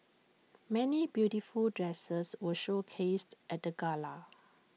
many beautiful dresses were showcased at the gala